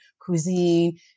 cuisine